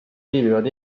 viibivad